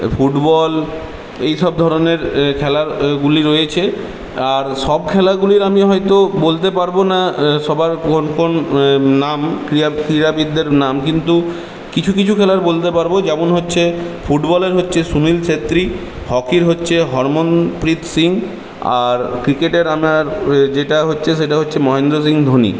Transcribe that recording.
football এইসব ধরনের খেলার খেলাগুলি রয়েছে আর সব খেলাগুলির আমি হয়তো বলতে পারবো না সবার কোন কোন নাম ক্রীড়া ক্রীড়াবিদদের নাম কিন্তু কিছু কিছু খেলার বলতে পারবো যেমন হচ্ছে ফুটবলের হচ্ছে সুনীল ছেত্রী হকির হচ্ছে হরমনপ্রীত সিং আর ক্রিকেটের আপনার যেটা হচ্ছে সেটা হচ্ছে মহেন্দ্র সিং ধোনি